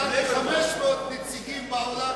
נתן ל-500 נציגים בעולם להסביר.